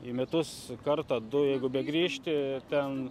į metus kartą du jeigu begrįžti ten